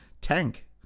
tank